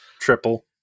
triple